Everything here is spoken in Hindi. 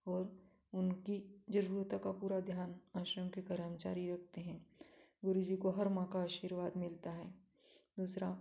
और उनकी ज़रूरत का पूरा ध्यान आश्रम के कर्मचारी रखते हैं गुरु जी को हर माँ का आशीर्वाद मिलता है दूसरा